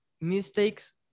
mistakes